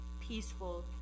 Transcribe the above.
peaceful